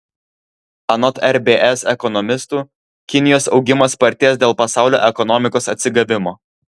anot rbs ekonomistų kinijos augimas spartės dėl pasaulio ekonomikos atsigavimo